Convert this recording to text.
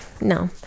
no